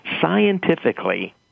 Scientifically